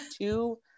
two